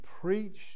preached